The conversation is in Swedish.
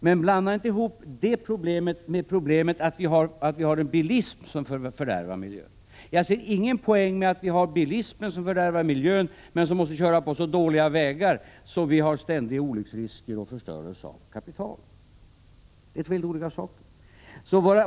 Men blanda inte ihop detta problem med problemet att vi har en bilism som fördärvar miljön. Jag ser ingen poäng med att vi har bilar som fördärvar miljön men som måste köra på så dåliga vägar att vi har ständiga olycksrisker och förstöring av kapital. Det är helt olika saker.